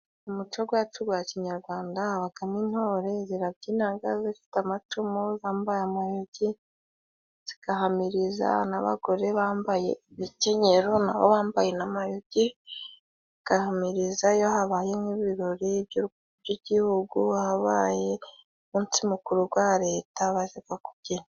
Umuco gwacu gwa kinyagwanda habagamo intore zirabyinaga, zifite amacumu zambaye amayugi zigahamiriza, n'abagore bambaye ibikenyero nabo bambaye n'amayugi bagahamiriza, iyo habaye nk'ibirori by'igihugu habaye umunsi mukuru gwa leta bazaga kubyina.